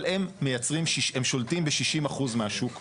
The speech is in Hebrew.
אבל הם מייצרים, הם שולטים ב-60% מהשוק בארץ.